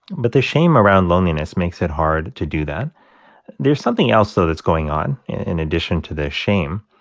but the shame around loneliness makes it hard to do that there's something else, though, that's going on in addition to this shame,